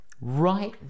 right